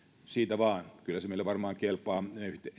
siitä vaan kyllä se meille varmaan kelpaa